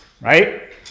right